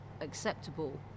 acceptable